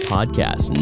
Podcast